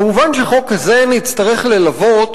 מובן שאת החוק הזה נצטרך ללוות